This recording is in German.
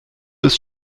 ist